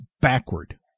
backward